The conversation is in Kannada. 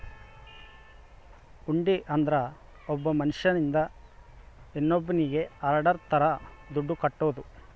ಹುಂಡಿ ಅಂದ್ರ ಒಬ್ಬ ಮನ್ಶ್ಯನಿಂದ ಇನ್ನೋನ್ನಿಗೆ ಆರ್ಡರ್ ತರ ದುಡ್ಡು ಕಟ್ಟೋದು